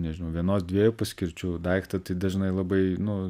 nežinau vienos dviejų paskirčių daiktą tai dažnai labai nu